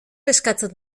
eskatzen